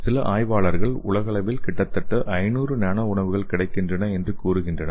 சில ஆய்வாளர்கள் உலகளவில் கிட்டத்தட்ட 500 நானோ உணவுகள் கிடைக்கின்றன என்று கூறுகின்றனர்